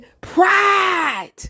Pride